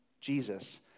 Jesus